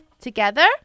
Together